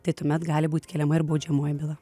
tai tuomet gali būt keliama ir baudžiamoji byla